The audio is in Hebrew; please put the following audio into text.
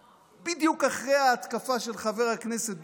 בדיוק אחרי ההתקפה של חבר הכנסת דודי אמסלם,